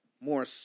more